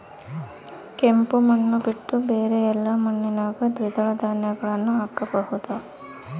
ಕೆಂಪು ಮಣ್ಣು ಬಿಟ್ಟು ಬೇರೆ ಎಲ್ಲಾ ಮಣ್ಣಿನಾಗ ದ್ವಿದಳ ಧಾನ್ಯಗಳನ್ನ ಹಾಕಬಹುದಾ?